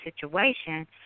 situation